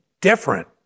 different